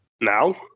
Now